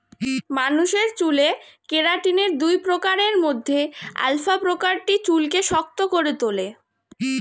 মানুষের চুলে কেরাটিনের দুই প্রকারের মধ্যে আলফা প্রকারটি চুলকে শক্ত করে তোলে